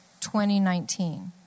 2019